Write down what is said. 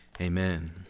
Amen